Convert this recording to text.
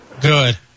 good